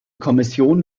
kommission